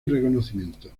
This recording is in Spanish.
reconocimientos